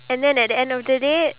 have what